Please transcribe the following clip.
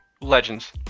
legends